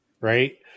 right